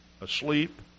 asleep